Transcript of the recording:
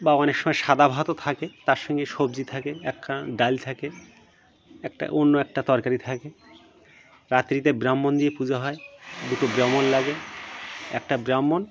বা অনেক সময় সাদা ভাতও থাকে তার সঙ্গে সবজি থাকে একটা ডাল থাকে একটা অন্য একটা তরকারি থাকে রাত্রিতে ব্রাহ্মণ দিয়ে পুজো হয় দুটো ব্রাহ্মণ লাগে একটা ব্রাহ্মণ